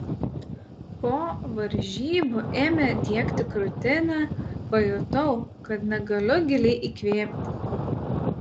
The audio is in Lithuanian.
po varžybų ėmė diegti krūtinę pajutau kad negaliu giliai įkvėpti